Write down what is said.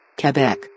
Quebec